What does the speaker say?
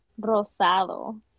rosado